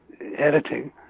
editing